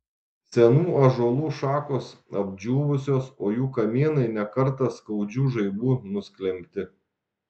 senų ąžuolų šakos apdžiūvusios o jų kamienai ne kartą skaudžių žaibų nusklembti